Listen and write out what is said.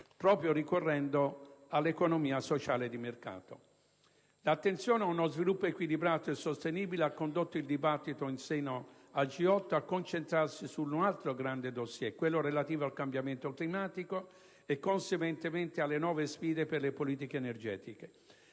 proprio ricorrendo all'economia sociale di mercato. L'attenzione ad uno sviluppo equilibrato e sostenibile ha condotto il dibattito in seno al G8 a concentrarsi su un altro grande dossier: quello relativo al cambiamento climatico e, conseguentemente, alle nuove sfide per le politiche energetiche.